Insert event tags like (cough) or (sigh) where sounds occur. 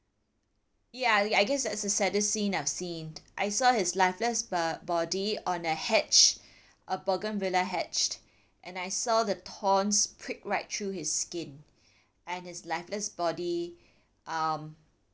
ya I I guess that's the saddest scene I've seen (noise) I saw his lifeless b~ body on a hedge a bougainvillea hedge and I saw the thorns prick right through his skin and his lifeless body um